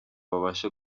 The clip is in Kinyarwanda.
babashe